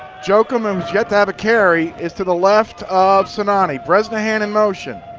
jochim, who is yet to have a carry, is to the left of sinani. bresnahan in motion.